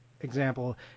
example